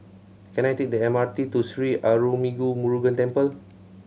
can I take the M R T to Sri Arulmigu Murugan Temple